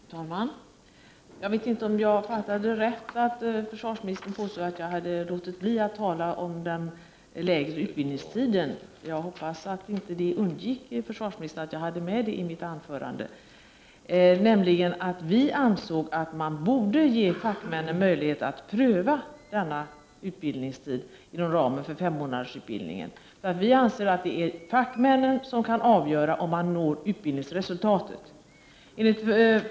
Fru talman! Jag vet inte om jag har fattat rätt, men jag tyckte att försvarsministern påstod att jag hade låtit bli att tala om den kortare utbildningstiden. Jag hoppas att det inte undgick försvarsministern att jag hade med den saken i mitt anförande. Vi anser alltså att man bör ge fackmännen möjlighet att pröva denna utbildningstid inom ramen för S-månadersutbildningen. Enligt vår åsikt är det fackmännen som kan avgöra om man når det uppsatta utbildningsmålet.